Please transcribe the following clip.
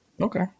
Okay